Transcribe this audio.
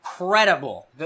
incredible